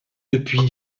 depuis